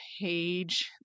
page